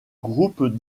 groupe